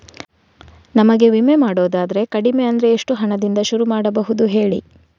ನಮಗೆ ವಿಮೆ ಮಾಡೋದಾದ್ರೆ ಕಡಿಮೆ ಅಂದ್ರೆ ಎಷ್ಟು ಹಣದಿಂದ ಶುರು ಮಾಡಬಹುದು ಹೇಳಿ